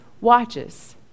watches